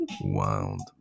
Wild